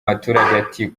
baturage